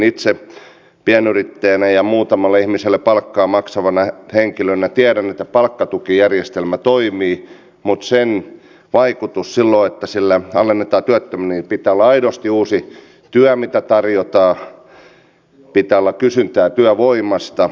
itse pienyrittäjänä ja muutamalle ihmiselle palkkaa maksavana henkilönä tiedän että palkkatukijärjestelmä toimii mutta mitä tulee sen vaikutukseen silloin kun sillä alennetaan työttömyyttä niin pitää olla aidosti uusi työ mitä tarjotaan pitää olla kysyntää työvoimasta